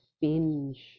binge